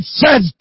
says